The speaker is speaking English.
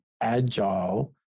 agile